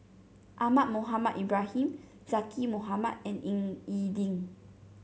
Ahmad Mohamed Ibrahim Zaqy Mohamad and Ying E Ding